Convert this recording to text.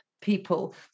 people